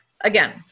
again